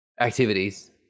activities